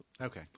Okay